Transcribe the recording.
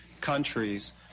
countries